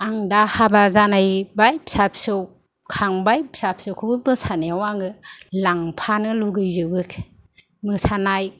आं दा हाबा जाबाय फिसा फिसौ खांबाय फिसा फिसौखौबो आङो मोसानायाव लांफानो लुबैजोबो मोसानाय